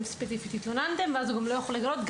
ספציפית התלוננתם והוא לא יכול לגלות את זה,